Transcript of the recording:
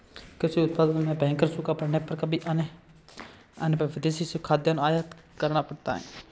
कृषि उत्पादन में भयंकर सूखा पड़ने पर कमी आने पर विदेशों से खाद्यान्न आयात करना पड़ता है